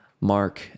Mark